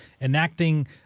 enacting